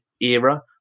era